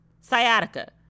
Sciatica